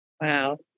Wow